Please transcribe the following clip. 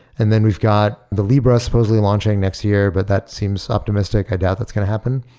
and then we've got the libra supposedly launching next year, but that seems optimistic. i doubt that's going to happen.